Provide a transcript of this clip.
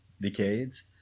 decades